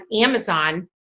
Amazon